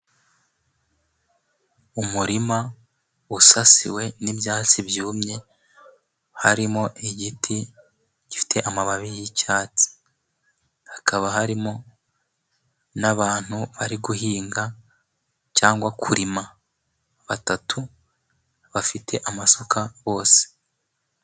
Umurima usasiwe n'ibyatsi byumye harimo igiti gifite amababi y'icyatsi, hakaba harimo n'abantu bari guhinga cyangwa kurima, batatu bafite amasuka bose.